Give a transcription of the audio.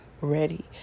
ready